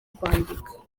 kwandika